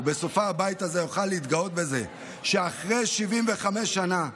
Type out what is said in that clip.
ובסופה הבית הזה יוכל להתגאות בזה שאחרי 75 שנה,